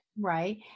Right